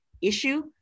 issue